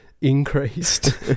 increased